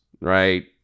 right